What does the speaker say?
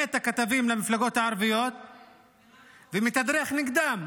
את הכתבים למפלגות הערביות ומתדרך נגדם.